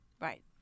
Right